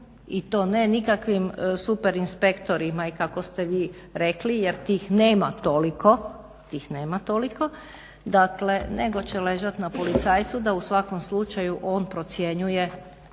i to ne nikakvim super inspektorima i kako ste vi rekli jer tih nema toliko, dakle nego će ležati na policajcu da u svakom slučaju on procjenjuje